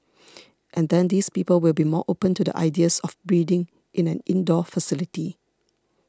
and then these people will be more open to the ideas of breeding in an indoor facility